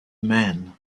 man